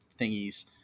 thingies